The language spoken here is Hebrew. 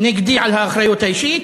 נגדי על האחריות האישית,